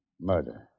murder